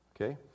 Okay